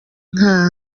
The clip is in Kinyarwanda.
nka